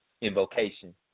invocation